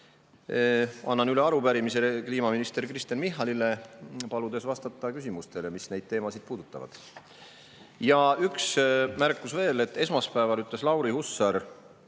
Annan üle arupärimise kliimaminister Kristen Michalile, paludes tal vastata küsimustele, mis neid teemasid puudutavad. Ja üks märkus veel. Esmaspäeval ütles Lauri Hussar